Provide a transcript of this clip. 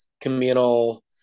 communal